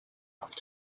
asked